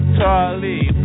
Charlie